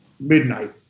midnight